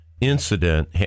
incident